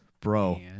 bro